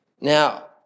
Now